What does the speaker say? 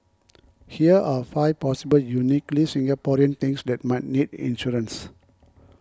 here are five possible uniquely Singaporean things that might need insurance